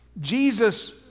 Jesus